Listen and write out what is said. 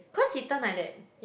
cause he turn like that